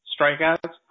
strikeouts